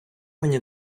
мені